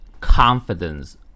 Confidence